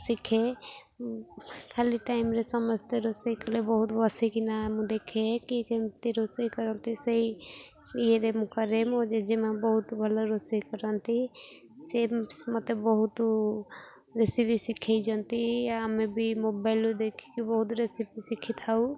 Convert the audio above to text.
ଶିଖେ ଖାଲି ଟାଇମ୍ରେ ସମସ୍ତେ ରୋଷେଇ କଲେ ବହୁତ ବସିକିନା ମୁଁ ଦେଖେ କିଏ କେମିତି ରୋଷେଇ କରନ୍ତି ସେଇ ଇଏରେ ମୁଁ କରେ ମୋ ଜେଜେମାଆ ବହୁତ ଭଲ ରୋଷେଇ କରନ୍ତି ସେ ମୋତେ ବହୁତ ରେସିପି ଶିଖାଇଛନ୍ତି ଆମେ ବି ମୋବାଇଲରୁ ଦେଖିକି ବହୁତ ରେସିପି ଶିଖିଥାଉ